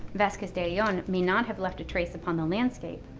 vazquez de ayllon may not have left a trace upon the landscape,